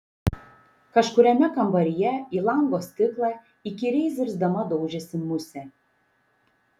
kažkuriame kambaryje į lango stiklą įkyriai zirzdama daužėsi musė